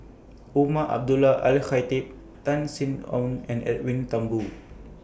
Umar Abdullah Al Khatib Tan Sin Aun and Edwin Thumboo